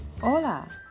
Hola